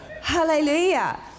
Hallelujah